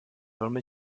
velmi